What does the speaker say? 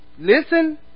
listen